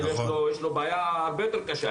יש לו בעיה הרבה יותר קשה.